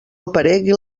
aparegui